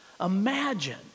Imagine